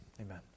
Amen